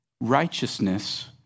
righteousness